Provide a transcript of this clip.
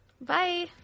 Bye